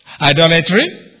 idolatry